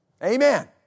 Amen